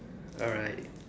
alright